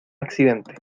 accidente